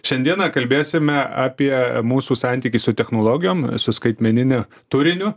šiandieną kalbėsime apie mūsų santykį su technologijom su skaitmeniniu turiniu